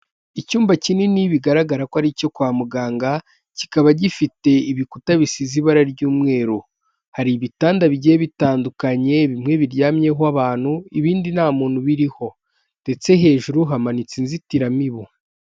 Icyumba kinini bigaragara ko ari icyo kwa muganga kikaba gifite ibikuta bisize ibara ry'umweru, hari ibitanda bigiye bitandukanye bimwe biryamyeho abantu ibindi nta muntu biriho ndetse hejuru hamanitse inzitiramibu.